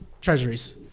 treasuries